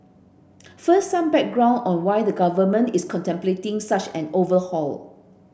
first some background on why the Government is contemplating such an overhaul